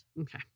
Okay